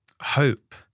hope